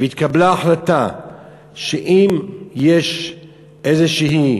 התקבלה החלטה שאם יש אולי איזושהי